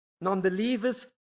non-believers